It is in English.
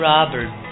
Robert